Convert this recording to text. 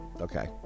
Okay